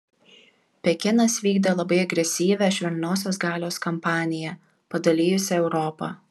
pekinas vykdė labai agresyvią švelniosios galios kampaniją padalijusią europą